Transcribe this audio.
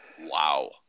Wow